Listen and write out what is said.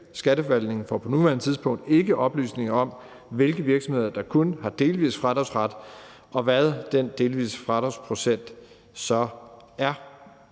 Skatteforvaltningen får på nuværende tidspunkt ikke oplysninger om, hvilke virksomheder der kun har delvis fradragsret, og hvad den delvise fradragsprocent så er.